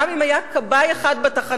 גם אם היה כבאי אחד בתחנה,